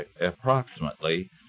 approximately